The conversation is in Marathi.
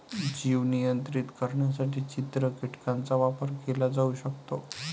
जीव नियंत्रित करण्यासाठी चित्र कीटकांचा वापर केला जाऊ शकतो